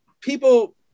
people